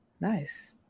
Nice